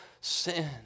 sin